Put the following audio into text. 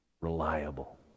reliable